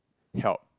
help